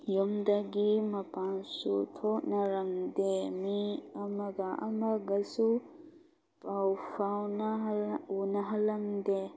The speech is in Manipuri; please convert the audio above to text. ꯌꯨꯝꯗꯒꯤ ꯃꯄꯥꯟꯁꯨ ꯊꯣꯛꯅꯔꯝꯗꯦ ꯃꯤ ꯑꯃꯒ ꯑꯃꯒꯁꯨ ꯄꯥꯎ ꯐꯥꯎꯅ ꯎꯅꯍꯜꯂꯝꯗꯦ